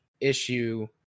issue